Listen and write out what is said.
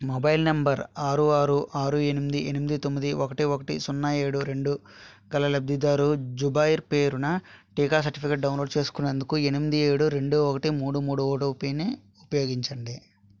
mobile number ఆరు ఆరు ఆరు ఎనిమిది ఎనిమిది తొమ్మిది ఒకటి ఒకటి సున్నా ఏడు రెండు గల లబ్ధిదారు జుబైర్ పేరున టీకా సర్టిఫికేట్ డౌన్లోడ్ చేసుకునేందుకు ఎనిమిది ఏడు రెండు ఒకటి మూడు మూడు ఓటీపీని ఉపయోగించండి